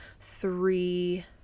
three